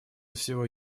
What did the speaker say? всего